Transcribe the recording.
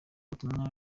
ubutumwa